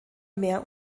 mehr